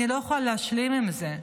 אני לא יכולה להשלים עם זה.